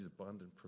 abundant